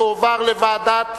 ותועבר לוועדת